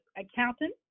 accountant